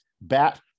Bat